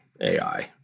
AI